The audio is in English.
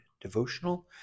Devotional